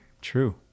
true